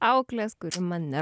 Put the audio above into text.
auklės kuri mane